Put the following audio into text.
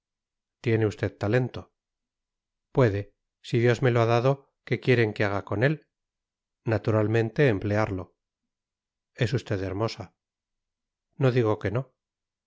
tiene usted talento puede si dios me lo ha dado qué quieren que haga con él naturalmente emplearlo es usted hermosa no digo que no